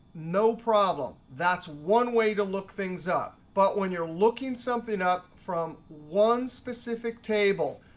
no problem. that's one way to look things up. but when you're looking something up from one specific table,